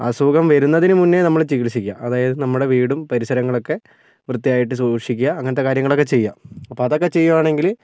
അസുഖം വരുന്നതിന് മുന്നേ നമ്മള് ചികിൽസിക്കുക അതായത് നമ്മുടെ വീടും പരിസരങ്ങളൊക്കെ വൃത്തിയായിട്ട് സൂക്ഷിക്കുക അങ്ങനത്തെ കാര്യങ്ങളൊക്കെ ചെയ്യുക അപ്പോൾ അതൊക്കെ ചെയ്യുവാണെങ്കില്